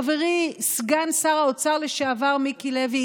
חברי סגן שר האוצר לשעבר מיקי לוי,